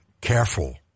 careful